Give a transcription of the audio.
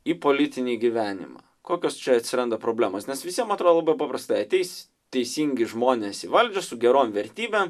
į politinį gyvenimą kokios čia atsiranda problemos nes visiem atrodo paprasta ateis teisingi žmonės į valdžią su gerom vertybėm